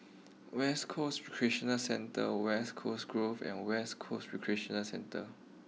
West Coast Recreational Centre West Coast Grove and West Coast Recreational Centre